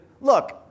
Look